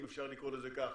אם אפשר לקרוא לזה כך,